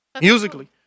Musically